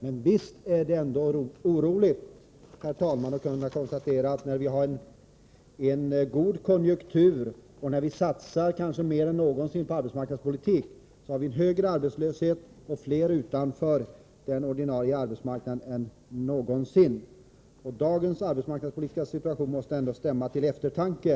Men visst är det ändå oroande, herr talman, att vi tvingas konstatera att vi, samtidigt som vi har en god konjunktur och satsar mer än någonsin på arbetsmarknadspolitik, har en högre arbetslöshet och fler människor utanför den ordinarie arbetsmarknaden än någon gång tidigare! Dagens arbetsmarknadspolitiska situation borde stämma till eftertanke.